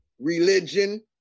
religion